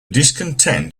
discontent